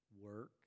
work